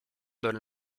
donne